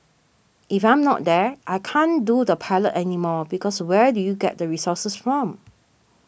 if I'm not there I can't do the pilot anymore because where do you get the resources from